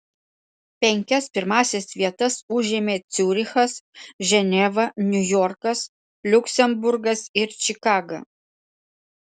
penkias pirmąsias vietas užėmė ciurichas ženeva niujorkas liuksemburgas ir čikaga